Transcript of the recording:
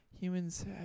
humans